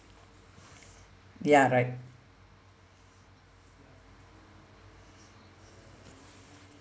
ya right